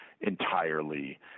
entirely